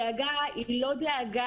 איזה נברנים?